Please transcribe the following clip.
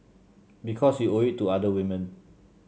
because you owe it to other women